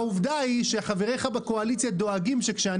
העובדה היא שחבריך בקואליציה דואגים שכאשר